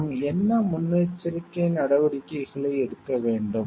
நாம் என்ன முன்னெச்சரிக்கை நடவடிக்கைகளை எடுக்க வேண்டும்